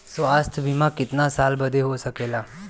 स्वास्थ्य बीमा कितना साल बदे हो सकेला?